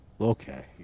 Okay